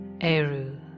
Eru